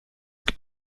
gibt